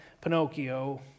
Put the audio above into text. Pinocchio